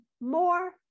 more